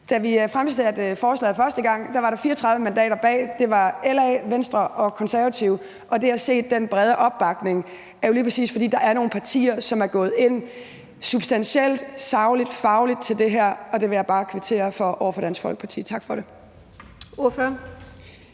Da vi fremsatte forslaget første gang, var der 34 mandater bag det – det var LA, Venstre og Konservative – og at vi nu ser den brede opbakning, skyldes jo lige præcis, at der er nogle partier, der er gået substantielt, fagligt og sagligt ind til det her, og det vil jeg bare kvittere for over for Dansk Folkeparti. Tak for det.